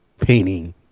painting